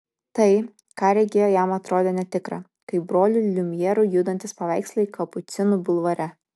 tai ką regėjo jam atrodė netikra kaip brolių liumjerų judantys paveikslai kapucinų bulvare